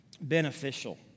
beneficial